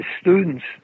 students